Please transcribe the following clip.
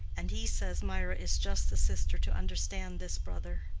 and he says mirah is just the sister to understand this brother.